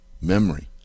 memory